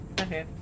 Okay